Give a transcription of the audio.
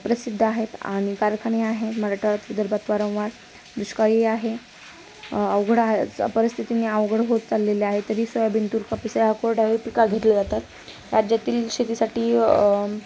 प्रसिद्ध आहेत आणि कारखाने आहेत मराठा विदर्भात वारंवार दुष्काळी आहे अवघडा परिस्थितीने अवघड होत चाललेले आहे तरी सोयाबिन तुल कापिसया कोडावे पिका घेतले जातात राज्यातील शेतीसाठी